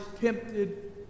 tempted